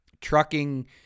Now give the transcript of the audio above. Trucking